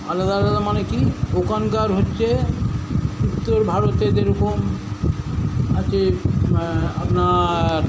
আলাদা আলাদা মানে কী ওখানকার হচ্ছে উত্তর ভারতে যেরকম আছে আপনার